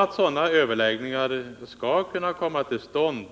Att sådana överläggningar kommer till stånd